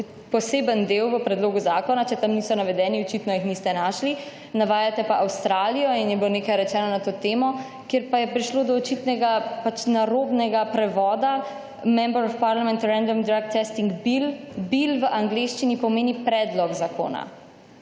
poseben del v predlogu zakona, če tam niso navedeni očitno jih niste našli, navajate pa Avstralijo in je bilo nekaj rečeno na to temo, kjer pa prišlo do očitnega narobnega prevoda / nerazumljivo/ bill v angleščini pomeni predlog zakona.